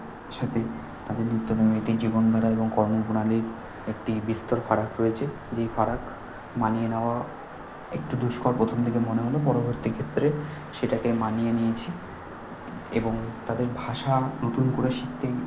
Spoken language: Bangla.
সাথে তাদের নিত্যনৈমিত্তিক জীবনধারা এবং কর্মপ্রণালীর একটি বিস্তর ফারাক রয়েছে যেই ফারাক মানিয়ে নেওয়াও একটু দুষ্কর প্রথম দিকে মনে হলেও পরবর্তী ক্ষেত্রে সেটাকে মানিয়ে নিয়েছি এবং তাদের ভাষা নতুন করে শিখতে